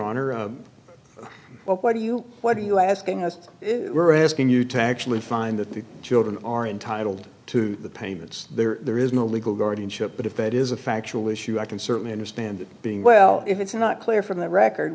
honor well what do you what are you asking us we're asking you to actually find that the children are entitled to the payments there is no legal guardianship but if it is a factual issue i can certainly understand it being well if it's not clear from the record